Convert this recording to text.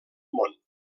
món